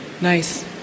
Nice